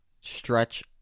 stretch